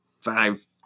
five